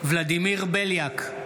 ולדימיר בליאק,